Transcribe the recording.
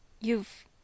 You've